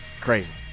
crazy